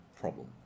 problem